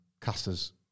Caster's